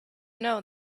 know